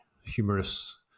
humorous